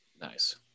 Nice